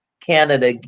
Canada